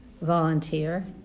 volunteer